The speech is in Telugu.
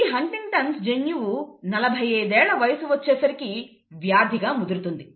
ఈ హంటింగ్టన్స్ జన్యువు 45 ఏళ్ళ వయసు వచ్చేసరికి వ్యాధిగా ముదురుతుంది